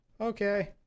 Okay